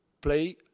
play